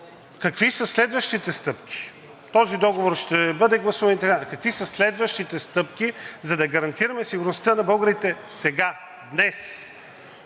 какви са следващите стъпки. Този договор ще бъде гласуван и така нататък, но какви са следващите стъпки, за да гарантираме сигурността на българите сега, днес,